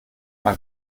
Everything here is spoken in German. man